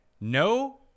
No